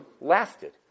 lasted